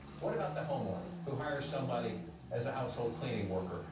what about the homeowner who hires somebody as a household cleaning worker,